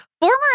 Former